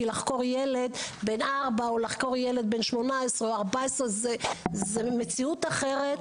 כי לחקור ילד בן ארבע או לחקור ילד בן 18 או 14 זו מציאות אחרת,